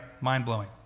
Mind-blowing